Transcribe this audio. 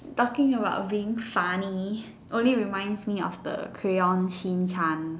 talking about being funny only reminds me of the crayon shin-chan